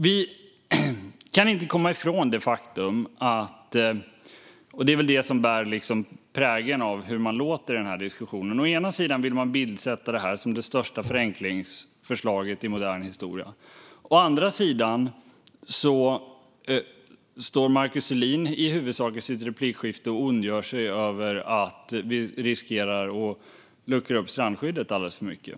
Vi kan inte komma ifrån det faktum som präglar hur man låter i den här diskussionen: Å ena sidan vill man bildsätta det här som det största förenklingsförslaget i modern historia, å andra sidan står Markus Selin i replikskiftet och ondgör sig i huvudsak över att vi riskerar att luckra upp strandskyddet alldeles för mycket.